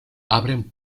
abren